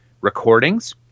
recordings